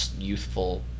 youthful